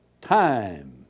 time